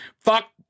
fuck